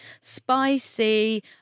spicy